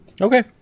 Okay